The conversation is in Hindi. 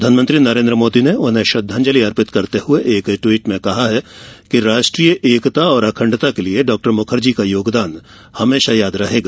प्रधानमंत्री नरेन्द्र मोदी ने उन्हें श्रद्वांजलि अर्पित करते हुए एक ट्वीट में कहा है कि राष्ट्रीय एकता और अखण्डता के लिए डाक्टर मुखर्जी का योगदान हमेशा याद रहेगा